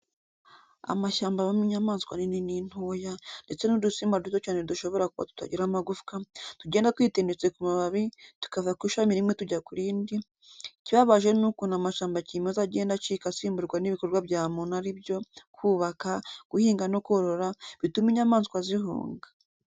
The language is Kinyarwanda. Amashyamba abamo inyamaswa nini n'intoya, ndetse n'udusimba duto cyane dushobora kuba tutagira amagupfa, tugenda twitendetse ku mababi, tuva ku ishami rimwe tujya ku rindi, ikibabaje ni ukuntu amashyamba kimeza agenda acika asimburwa n'ibikorwa bya muntu aribyo: kubaka, guhinga no korora, bituma inyamaswa zihunga.